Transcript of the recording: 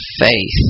faith